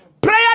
prayer